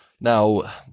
now